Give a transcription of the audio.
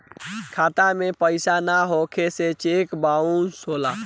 खाता में पइसा ना होखे से चेक बाउंसो होला